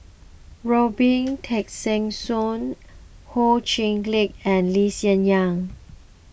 Robin Tessensohn Ho Chee Lick and Lee Hsien Yang